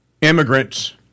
immigrants